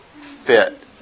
fit